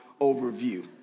overview